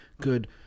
good